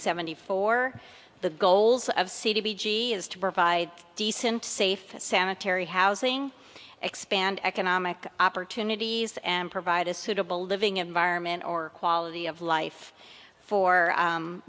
seventy four the goals of c d g is to provide decent safe sanitary housing expand economic opportunities and provide a suitable living environment or quality of life for